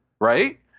right